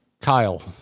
Kyle